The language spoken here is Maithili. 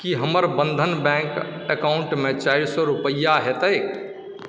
की हमर बन्धन बैङ्क एकाउण्ट मे चारि सए रुपैया हेतैक